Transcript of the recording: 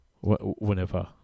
whenever